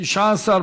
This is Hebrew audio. התשע"ח 2018,